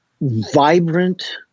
vibrant